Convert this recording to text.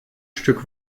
stück